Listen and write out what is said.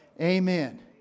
Amen